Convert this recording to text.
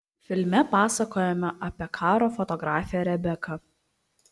filme pasakojama apie karo fotografę rebeką